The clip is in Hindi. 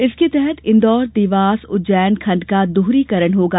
इसके तहत इंदौर देवास उज्जैन खंड का दोहरीकरण होगा